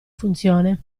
funzione